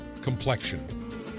complexion